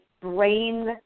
brain